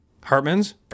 Hartman's